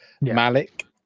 Malik